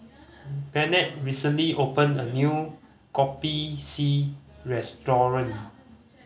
Bennett recently opened a new Kopi C restaurant